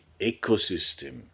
ecosystem